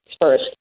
first